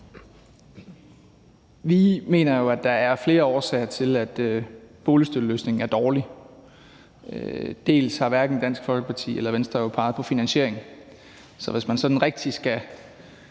Vi mener, at der er flere årsager til, at boligstøtteløsningen er dårlig, bl.a. har hverken Dansk Folkeparti eller Venstre jo peget på finansiering. Hvis man, sådan rigtigt, skal